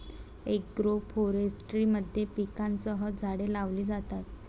agroforestry मध्ये पिकांसह झाडे लावली जातात